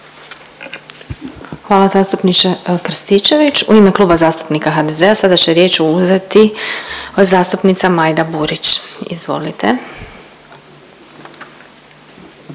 Hvala zastupniče Krstičević. U ime Kluba zastupnika HDZ-a sada će riječ uzeti zastupnica Majda Burić. Izvolite.